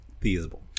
feasible